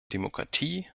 demokratie